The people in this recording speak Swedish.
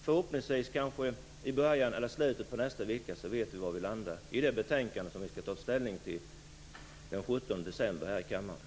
Förhoppningsvis vet vi i början eller i slutet på nästa vecka var vi kommer att landa i det betänkande som vi skall ta ställning till den 17 december här i kammaren.